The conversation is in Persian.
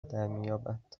درمیابد